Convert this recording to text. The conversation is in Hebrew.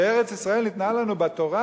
שארץ-ישראל ניתנה לנו בתורה,